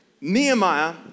Nehemiah